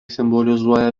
simbolizuoja